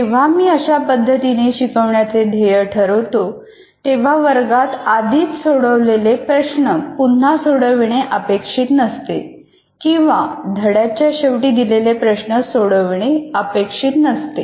जेव्हा मी अशा पद्धतीचे शिकण्याचे ध्येय ठरवतो तेव्हा वर्गात आधीच सोडवलेले प्रश्न पुन्हा सोडवणे अपेक्षित नसते किंवा धड्याच्या शेवटी दिलेले प्रश्न सोडवणे अपेक्षित नसते